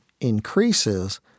increases